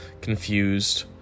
confused